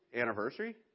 Anniversary